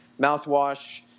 mouthwash